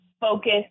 focus